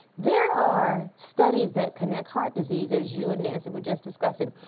there are studies that connect heart disease as you and nancy were just discussing,